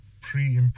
pre